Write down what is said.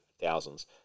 thousands